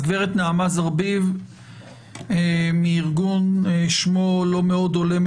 ד"ר גיא לוריא מהמכון הישראלי לדמוקרטיה,